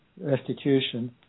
restitution